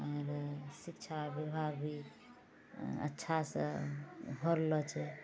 आओर शिक्षा विभाग भी अच्छासँ भऽ रहलो छै